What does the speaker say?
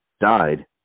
died